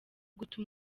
guta